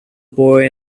boy